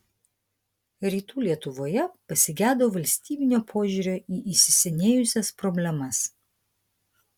rytų lietuvoje pasigedo valstybinio požiūrio į įsisenėjusias problemas